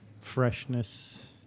freshness